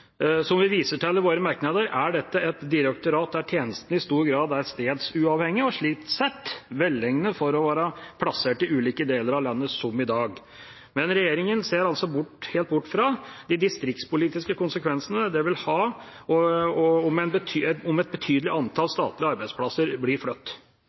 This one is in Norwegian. Som vi viser til i våre merknader, er dette et direktorat der tjenesten i stor grad er stedsuavhengig og slik sett velegnet til å være plassert i ulike deler av landet, som i dag. Men regjeringa ser altså helt bort fra de distriktspolitiske konsekvensene det vil ha dersom et betydelig antall statlige arbeidsplasser blir